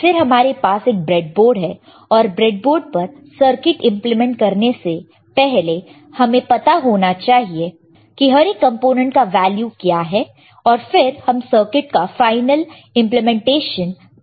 फिर हमारे पास एक ब्रेडबोर्ड है और ब्रेड बोर्ड पर सर्किट इंप्लीमेंट करने के पहले हमें पता होना चाहिए कि हर कंपोनेंट का वैल्यू क्या है और फिर हम सर्किट का फाइनल इंप्लीमेंटेशन PCB में करेंगे